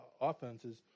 offenses